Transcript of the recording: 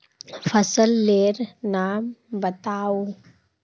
फसल लेर नाम बाताउ?